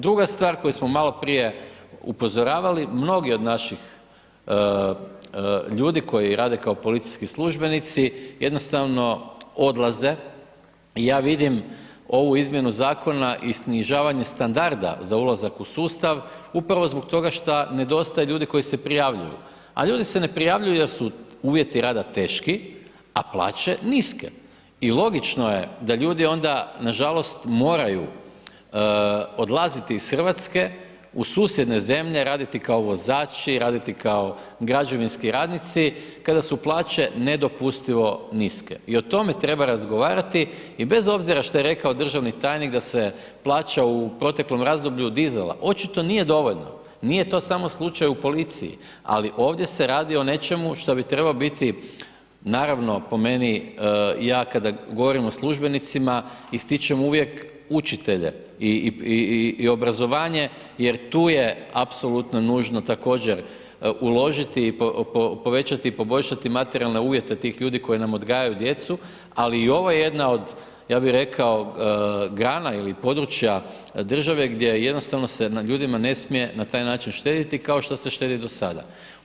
Druga stvar koju smo maloprije upozoravali, mnogi od naših ljudi koji rade kao policijski službenici jednostavno odlaze, ja vidim ovu izmjenu zakona i snižavanje standarda za ulazak u sustav upravo zbog toga šta nedostaje ljudi koji se prijavljuju, a ljudi se ne prijavljuju jer su uvjeti rada teški, a plaće niske i logično je da ljudi onda nažalost moraju odlaziti iz RH u susjedne zemlje, raditi kao vozači, raditi kao građevinski radnici, kada su plaće nedopustivo niske i o tome treba razgovarati i bez obzira šta je rekao državni tajnik da se plaća u proteklom razdoblju dizala, očito nije dovoljno, nije to samo slučaj u policiji, ali ovdje se radi o nečemu što bi trebao biti, naravno po meni, ja kada govorim o službenicima ističem uvijek učitelje i obrazovanje jer tu je apsolutno nužno također uložiti i povećati i poboljšati materijalne uvjete tih ljudi koji nam odgajaju djecu, ali i ovo je jedna od, ja bi rekao, grana ili područja države gdje jednostavno se na ljudima ne smije na taj način štediti, kao što se štedi do sada.